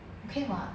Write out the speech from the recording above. okay [what]